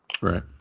Right